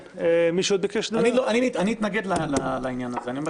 אני אתנגד לעניין הזה.